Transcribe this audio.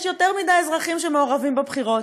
יש יותר מדי אזרחים שמעורבים בבחירות,